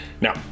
Now